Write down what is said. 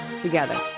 together